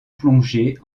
plongée